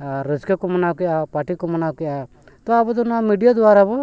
ᱟᱨ ᱨᱟᱹᱥᱠᱟᱹ ᱠᱚ ᱢᱟᱱᱟᱣ ᱠᱮᱜᱼᱟ ᱯᱟᱴᱤ ᱠᱚ ᱢᱟᱱᱟᱣ ᱠᱮᱜᱼᱟ ᱛᱚ ᱟᱵᱚ ᱫᱚ ᱱᱚᱣᱟ ᱢᱤᱰᱤᱭᱟ ᱫᱟᱨᱟ ᱵᱚ